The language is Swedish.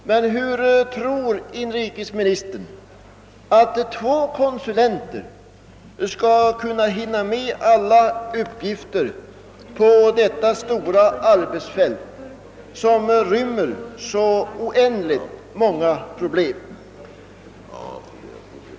Hur tror inrikesministern att två konsulenter skall kunna hinna med alla uppgifter på detta stora arbetsfält, som rymmer så oändligt många problem?